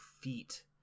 feet